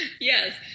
Yes